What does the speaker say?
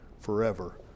forever